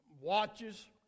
watches